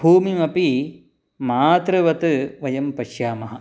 भूमिमपि मातृवत् वयं पश्यामः